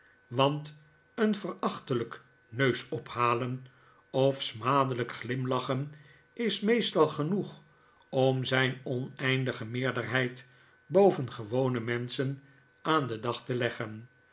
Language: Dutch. want een verachtelijk neusophalen of smadelijk glimlachen is meestal genoeg om zijn oneindige meerderheid boven gewone menschen aan den dag te leg